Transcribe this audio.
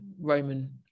Roman